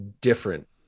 different